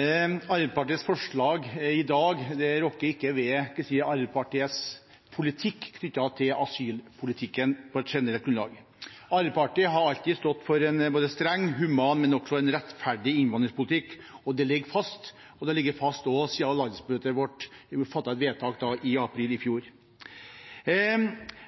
Arbeiderpartiets forslag i dag rokker ikke ved Arbeiderpartiets politikk knyttet til asylpolitikken på et generelt grunnlag. Arbeiderpartiet har alltid stått for en både streng, human og rettferdig innvandringspolitikk. Det ligger fast, og det har ligget fast siden landsmøtet vårt fattet vedtak i april i fjor.